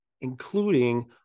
including